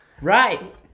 Right